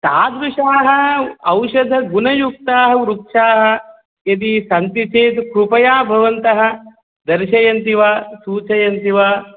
तादृशाः औषधगुणयुक्ताः वृक्षाः यदि सन्ति चेत् कृपया भवन्तः दर्शयन्ति वा सूचयन्ति वा